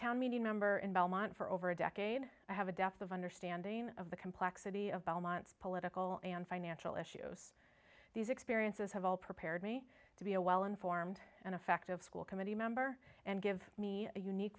town meeting member in belmont for over a decade i have a depth of understanding of the complexity of belmont's political and financial issues these experiences have all prepared me to be a well informed and effective school committee member and give me a unique